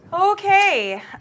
Okay